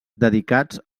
dedicats